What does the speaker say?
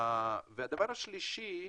דבר שלישי,